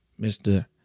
mr